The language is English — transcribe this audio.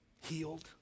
healed